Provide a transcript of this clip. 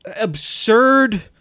absurd